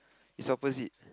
is opposite